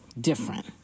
different